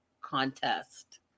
contest